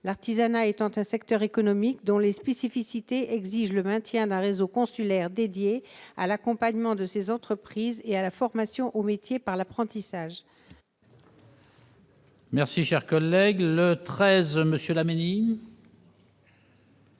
L'artisanat est un secteur économique dont les spécificités exigent le maintien d'un réseau consulaire dédié à l'accompagnement de ses entreprises et à la formation aux métiers par l'apprentissage. Les neuf amendements suivants